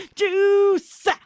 juice